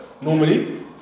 normally